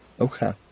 Okay